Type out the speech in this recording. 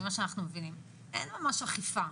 ממה שאנחנו מבינים - אין ממה אכיפה.